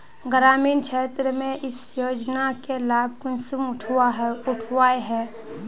ग्रामीण क्षेत्र में इस योजना के लाभ कुंसम उठावे है?